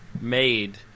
made